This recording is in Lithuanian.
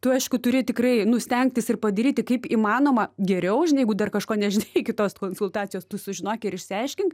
tu aišku turi tikrai nu stengtis ir padaryti kaip įmanoma geriau žinai jeigu dar kažko nežinai iki tos konsultacijos tu sužinok ir išsiaiškink